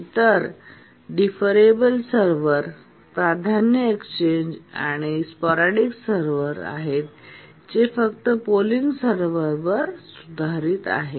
इतर काही deferrable server प्राधान्य एक्सचेंज आणि स्पॉराडिक सर्व्हर आहेत जे फक्त पोलिंग सर्व्हरवर सुधारित आहेत